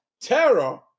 terror